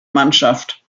mannschaft